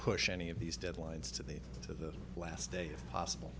push any of these deadlines to the to the last day if possible